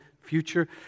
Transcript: future